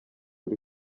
uri